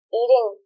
eating